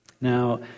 now